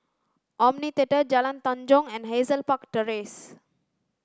Omni Theatre Jalan Tanjong and Hazel Park Terrace